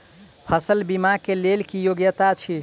फसल बीमा केँ लेल की योग्यता अछि?